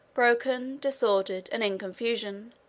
broken, disordered, and in confusion,